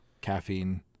Caffeine